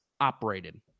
operated